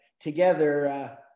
together